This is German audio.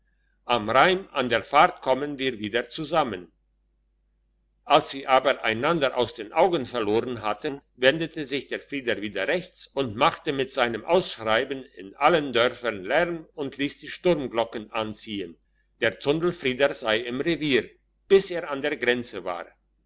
am rhein an der fahrt kommen wir wieder zusammen als sie aber einander aus den augen verloren hatten wendete sich der frieder wieder rechts und machte mit seinem ausschreiben in allen dörfern lärm und liess die sturmglocken anziehen der zundelfrieder sei im revier bis er an der grenze war